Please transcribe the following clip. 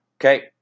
Okay